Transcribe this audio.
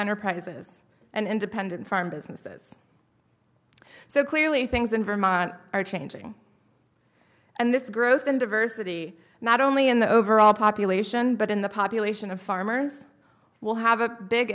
enterprises and independent farm businesses so clearly things in vermont are changing and this growth in diversity not only in the overall population but in the population of farmers will have a big